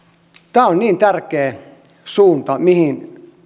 tämä on niin tärkeä suunta mihin